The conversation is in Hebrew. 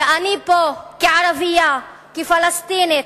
ואני פה, כערבייה, כפלסטינית,